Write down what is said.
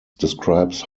describes